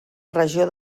regió